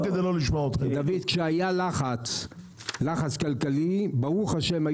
כשהיה לחץ כלכלי ברוך השם,